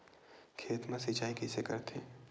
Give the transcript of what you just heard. खेत मा सिंचाई कइसे करथे?